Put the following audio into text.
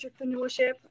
entrepreneurship